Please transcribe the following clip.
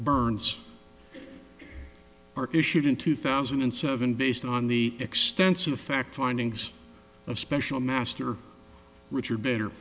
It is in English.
burns issued in two thousand and seven based on the extensive fact findings of special master richard better